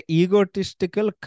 egotistical